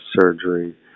surgery